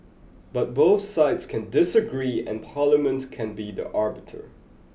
but both sides can disagree and parliament can be the arbiter